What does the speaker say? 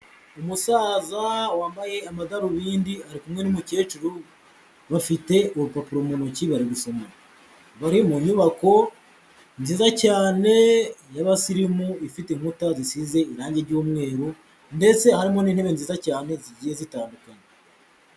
Umusaza wambaye amadarubindi ari kumwe n'umukecuru, bafite urupapuro mu ntoki bari gusoma, bari mu nyubako nziza cyane y'abasirimu ifite inkuta zisize irange ry'umweru ndetse harimo n'intebe nziza cyane zigiye zitandukana.